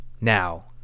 now